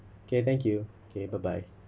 okay thank you okay bye bye